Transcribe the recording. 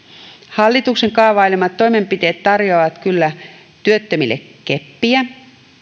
hallituksen kaavailemat toimenpiteet tarjoavat työttömille kyllä keppiä